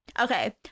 Okay